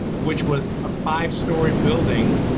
which was a five-story building,